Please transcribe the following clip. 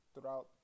throughout